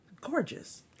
Gorgeous